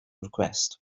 request